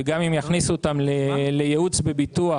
וגם אם יכניסו אותם לייעוץ בביטוח,